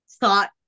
thought